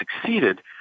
succeeded